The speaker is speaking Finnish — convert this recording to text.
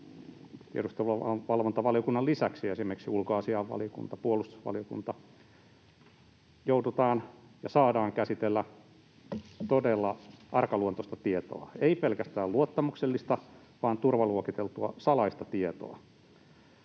tiedusteluvalvontavaliokunnan lisäksi esimerkiksi ulkoasiainvaliokunta, puolustusvaliokunta — joudutaan käsittelemään ja saadaan käsitellä todella arkaluontoista tietoa, ei pelkästään luottamuksellista vaan myös salaiseksi turvaluokiteltua tietoa.